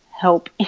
help